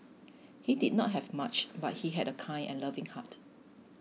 he did not have much but he had a kind and loving heart